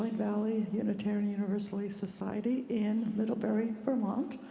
valley unitarian universalist society in middle bury, vermont.